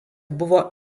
buvo